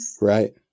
Right